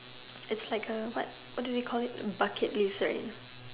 is like a what what do you call it bucket list right